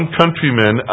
countrymen